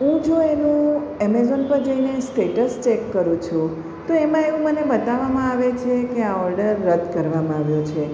હું જો એનું એમેજોન પર જઈને સ્ટેટસ ચેક કરું છું તો એમાં એવું મને બતાવવામાં આવે છે કે આ ઓર્ડર રદ કરવામાં આવ્યો છે